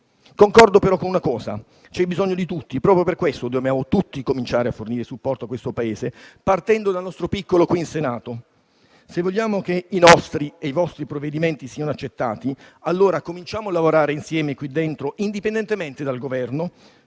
Concordo però con una cosa: c'è bisogno di tutti e proprio per questo dobbiamo tutti cominciare a fornire supporto al Paese, partendo dal nostro piccolo qui in Senato. Se vogliamo che i nostri e i vostri provvedimenti siano accettati, allora cominciamo a lavorare insieme qui dentro, indipendentemente dal Governo.